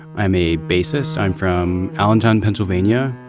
i'm a basis. i'm from allentown pennsylvania.